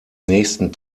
nächsten